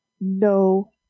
no